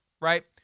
right